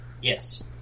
Yes